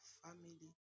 family